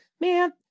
man